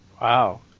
Wow